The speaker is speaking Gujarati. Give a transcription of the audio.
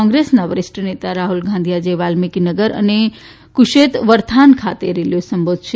કોંગ્રેસના વરિષ્ઠ નેતા રાહ્લ ગાંધી આજે વાલ્મીકીનગર અને કુશેતવરથાન ખાતે રેલીઓ સંબોધશે